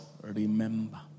Remember